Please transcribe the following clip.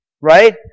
right